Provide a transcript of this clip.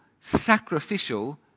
sacrificial